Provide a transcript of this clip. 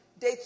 Day